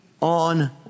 on